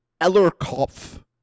Ellerkopf